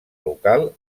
local